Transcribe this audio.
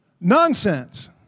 nonsense